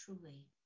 truly